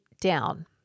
down